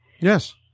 Yes